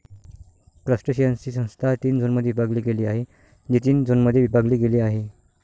क्रस्टेशियन्सची संस्था तीन झोनमध्ये विभागली गेली आहे, जी तीन झोनमध्ये विभागली गेली आहे